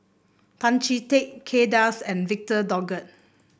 Tan Chee Teck Kay Das and Victor Doggett